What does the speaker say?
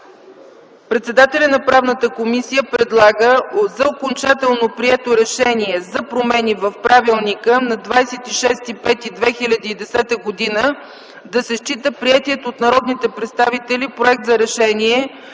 председателят на Правната комисия предлага за окончателно прието решение за промени в Правилника на 26.05.2010 г. да се счита приетият от народните представители проект за решение